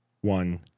one